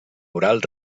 oral